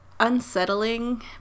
unsettling